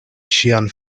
ŝian